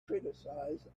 criticize